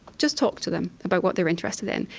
just talk to them about what they are interested in,